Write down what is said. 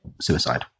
suicide